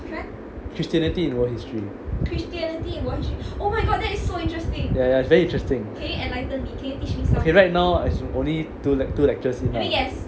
christianity in world history ya ya it's very interesting okay right now I only two lect~ two lectures in ah